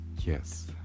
Yes